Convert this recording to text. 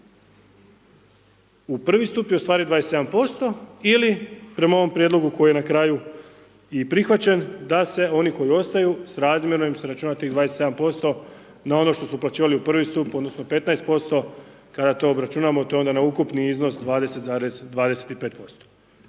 U prvi stup je ustvari 27% ili prema ovom prijedlogu koji je na kraju i prihvaćen da se oni koji ostaju srazmjerno im se računa tih 27% na ono što su uplaćivali u prvi stup, odnosno 15% kada to obračunamo to je onda na ukupni iznos 20,25%.